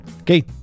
okay